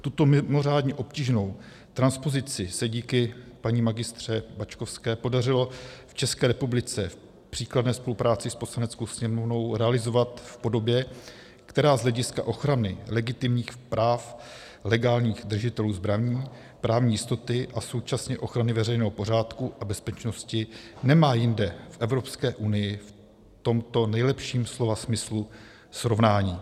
Tuto mimořádně obtížnou transpozici se díky paní Mgr. Bačkovské podařilo v České republice v příkladné spolupráci s Poslaneckou sněmovnou realizovat v podobě, která z hlediska ochrany legitimních práv legálních držitelů zbraní, právní jistoty a současně ochrany veřejného pořádku a bezpečnosti nemá jinde v Evropské unii v tomto nejlepším slova smyslu srovnání.